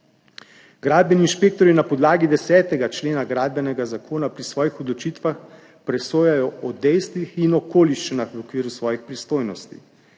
Gradbeni inšpektorji na podlagi 10. člena Gradbenega zakona pri svojih odločitvah presojajo o dejstvih in okoliščinah v okviru svojih pristojnosti.